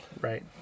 Right